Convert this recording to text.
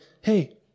hey